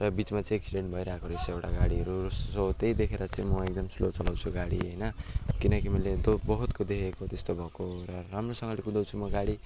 र बिचमा चाहिँ एक्सिडेन्ट भइरहेको रहेछ एउटा गाडीहरू सो त्यही देखेर चाहिँ म एकदम स्लो चलाउँछु गाडी होइन किनकि मैले दो बहुतको देखेको त्यस्तो भएको र राम्रोसँगले कुदाउँछु म गाडी